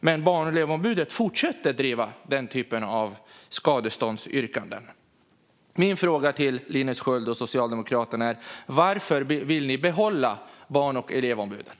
Men Barn och elevombudet fortsätter att driva denna typ av skadeståndsyrkanden. Min fråga till Linus Sköld och Socialdemokraterna är: Varför vill ni behålla Barn och elevombudet?